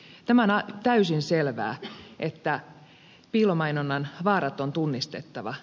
tämä on täysin selvää että piilomainonnan vaarat on tunnistettava